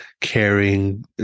caring